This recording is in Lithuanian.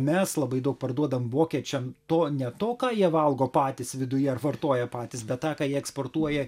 mes labai daug parduodam vokiečiam to ne to ką jie valgo patys viduje ar vartoja patys bet tą ką jie eksportuoja